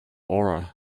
aura